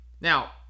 Now